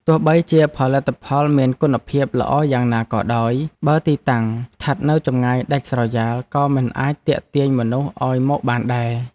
ទោះបីជាផលិតផលមានគុណភាពល្អយ៉ាងណាក៏ដោយ បើទីតាំងស្ថិតនៅឆ្ងាយដាច់ស្រយាលក៏មិនអាចទាក់ទាញមនុស្សឱ្យមកបានដែរ។